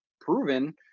proven